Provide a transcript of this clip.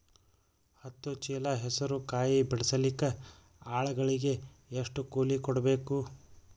ಹತ್ತು ಚೀಲ ಹೆಸರು ಕಾಯಿ ಬಿಡಸಲಿಕ ಆಳಗಳಿಗೆ ಎಷ್ಟು ಕೂಲಿ ಕೊಡಬೇಕು?